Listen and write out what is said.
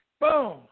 Boom